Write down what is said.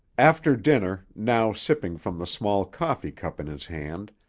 after dinner, now sipping from the small coffee cup in his hand,